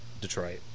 Detroit